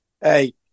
Hey